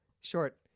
short